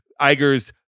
Iger's